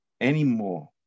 anymore